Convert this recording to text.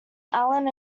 allen